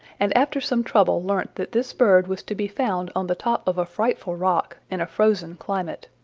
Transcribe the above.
and after some trouble learnt that this bird was to be found on the top of a frightful rock, in a frozen climate.